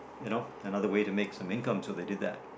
you know another way to make some income so they did that